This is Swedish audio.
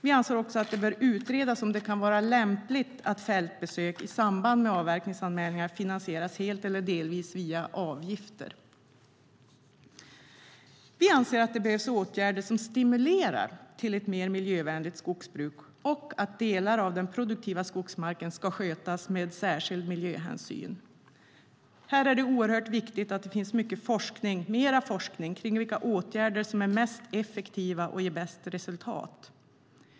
Vi anser också att det bör utredas om det kan vara lämpligt att fältbesök i samband med avverkningsanmälningar finansieras helt eller delvis via avgifter. Vi anser att det behövs åtgärder som stimulerar till ett mer miljövänligt skogsbruk och att delar av den produktiva skogsmarken ska skötas med särskild miljöhänsyn. Här är det oerhört viktigt att det finns mer forskning om vilka åtgärder som är mest effektiva och ger bäst resultat.